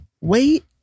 wait